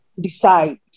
decide